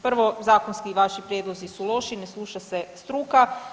Prvo, zakonski vaši prijedlozi su loši ne sluša se struka.